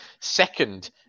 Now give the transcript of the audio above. second